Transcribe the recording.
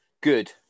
good